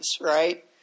right